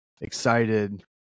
excited